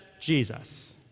Jesus